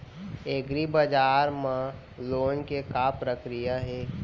एग्रीबजार मा लोन के का प्रक्रिया हे?